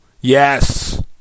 Yes